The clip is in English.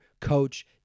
coach